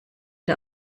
der